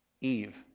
Eve